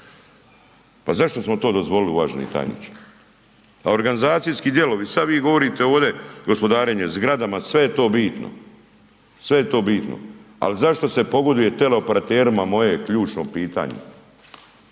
Pa zašto smo to dozvolili uvaženi tajniče? A organizacijski dijelovi, sada vi govorite ovdje gospodarenje zgradama, sve je to bitno, ali zašto se pogoduje teleoperaterima moje je ključno pitanje?